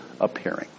appearing